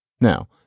Now